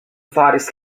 faris